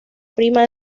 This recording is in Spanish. prima